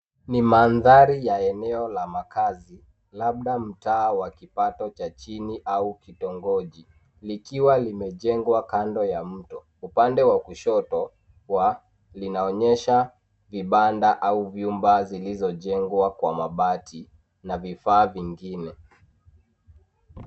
Ni mandhari ya eneo la makazi, labda mtaa wa kipato cha chini au kitongoji, likiwa limejengwa kando ya mto. Upande wa kushoto wa linaonyesha vibanda au vyumba zilizojengwa kwa mabati na vifaa vingine.